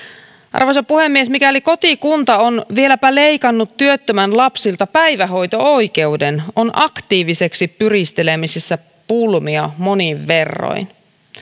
arvoisa puhemies mikäli kotikunta on vieläpä leikannut työttömän lapsilta päivähoito oikeuden on aktiiviseksi pyristelemisessä pulmia monin verroin